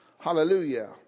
Hallelujah